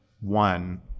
one